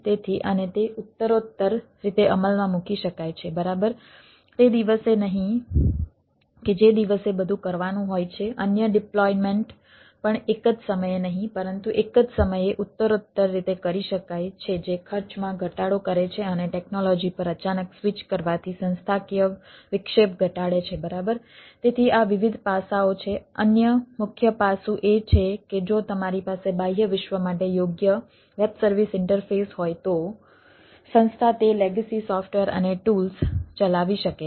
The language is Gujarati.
તેથી અને તે ઉત્તરોત્તર રીતે અમલમાં મૂકી શકાય છે બરાબર તે દિવસે નહીં કે જે દિવસે બધું કરવાનું હોય છે અન્ય ડિપ્લોયમેન્ટ ચલાવી શકે છે